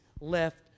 left